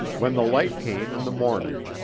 when the light came in the morning,